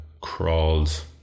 crawled